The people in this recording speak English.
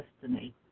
destiny